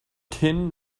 tin